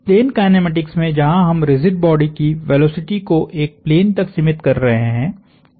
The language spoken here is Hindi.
प्लेन काइनेमेटिक्स में जहाँ हम रिजिड बॉडी की वेलोसिटी को एक प्लेन तक सीमित कर रहे हैं